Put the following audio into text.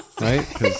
right